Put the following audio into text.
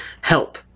help